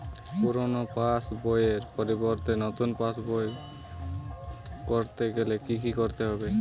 পুরানো পাশবইয়ের পরিবর্তে নতুন পাশবই ক রতে গেলে কি কি করতে হবে?